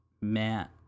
Matt